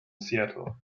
seattle